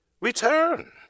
return